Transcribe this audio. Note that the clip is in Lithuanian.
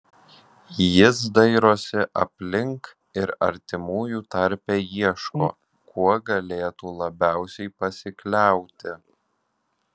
jis dairosi aplink ir artimųjų tarpe ieško kuo galėtų labiausiai pasikliauti